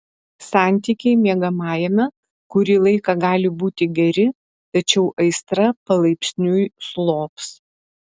santykiai miegamajame kurį laiką gali būti geri tačiau aistra palaipsniui slops